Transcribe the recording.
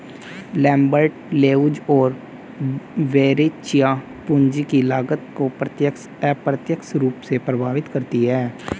Lambert, Leuz और Verrecchia, पूंजी की लागत को प्रत्यक्ष, अप्रत्यक्ष रूप से प्रभावित करती है